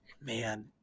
man